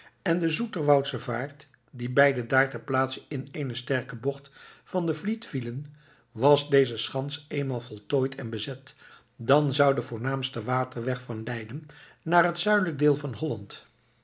en de zoeterwoudsche vaart die beide daar ter plaatse in eenen sterken bocht van den vliet vielen was deze schans eenmaal voltooid en bezet dan zou de voornaamste waterweg van leiden naar het zuidelijk deel van holland